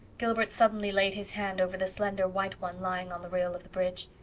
gilbert suddenly laid his hand over the slender white one lying on the rail of the bridge.